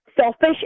selfish